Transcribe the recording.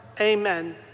Amen